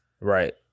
Right